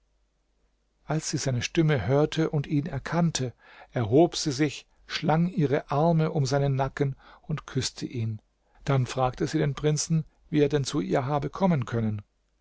als sie seine stimme hörte und ihn erkannte erhob sie sich schlang ihre arme um seinen nacken und küßte ihn dann fragte sie den prinzen wie er denn zu ihr habe kommen können